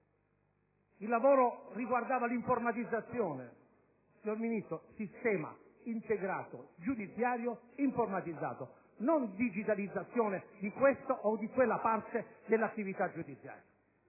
Il lavoro riguardava l'informatizzazione del sistema integrato giudiziario informatizzato, non la digitalizzazione di questa o quella parte dell'attività giudiziaria.